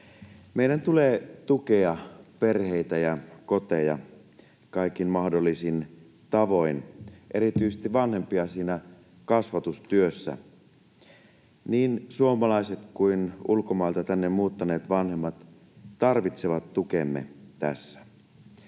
Meidän tulee tukea perheitä ja koteja kaikin mahdollisin tavoin, erityisesti vanhempia siinä kasvatustyössä. Niin suomalaiset kuin ulkomailta tänne muuttaneet vanhemmat tarvitsevat tukemme tässä.